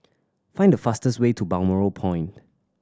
find the fastest way to Balmoral Point